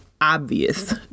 obvious